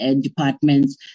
departments